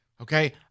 Okay